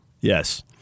Yes